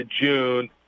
June